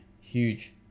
huge